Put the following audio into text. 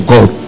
God